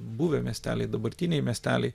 buvę miesteliai dabartiniai miesteliai